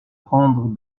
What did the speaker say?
prendre